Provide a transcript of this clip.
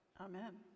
Amen